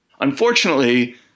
Unfortunately